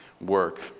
work